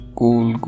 cool